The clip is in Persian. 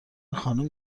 خانم